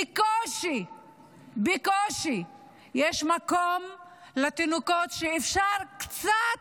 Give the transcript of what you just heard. בקושי יש מקום לתינוקות שאפשר קצת